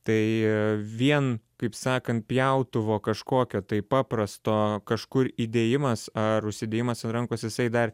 tai vien kaip sakant pjautuvo kažkokio tai paprasto kažkur įdėjimas ar užsidėjimas an rankos jisai dar